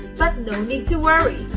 but no need to worry,